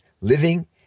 living